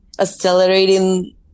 accelerating